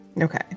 Okay